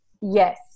yes